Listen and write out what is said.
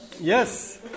Yes